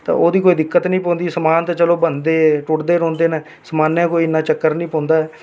ते ओह्दी दिक्कत निं पौंदी समान ते चलो बनदे टुटदे गै रौंह्दे समाने दा कोई इन्ना चक्कर निं पौंदा ऐ